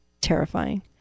terrifying